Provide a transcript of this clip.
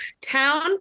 town